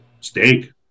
Steak